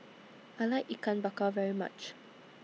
I like Ikan Bakar very much